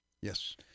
Yes